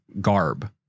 garb